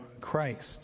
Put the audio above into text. Christ